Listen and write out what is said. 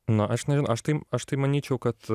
na aš nežin aš tai aš tai manyčiau kad